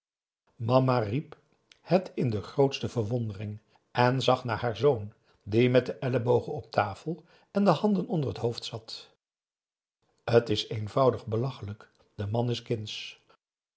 mama riep het in de grootste verwondering en zag naar haar zoon die met de ellebogen op de tafel en de handen onder het hoofd zat t is eenvoudig belachelijk de man is kindsch